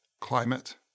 climate